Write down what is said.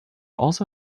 also